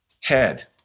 head